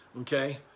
Okay